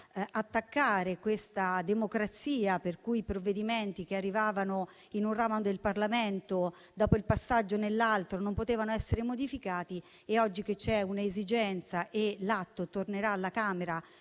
attaccare questa democrazia, per cui provvedimenti che arrivavano in un ramo del Parlamento dopo il passaggio nell'altro non potevano essere modificati, mentre oggi che c'è un'esigenza e l'atto tornerà alla Camera,